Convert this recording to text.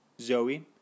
Zoe